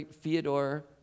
Fyodor